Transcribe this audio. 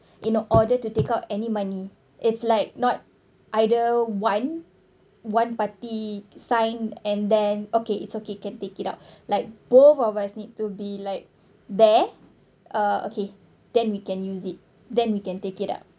in order to take out any money it's like not either one one party sign and then okay it's okay can take it out like both of us need to be like there uh okay then we can use it then we can take it out